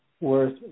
worth